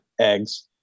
eggs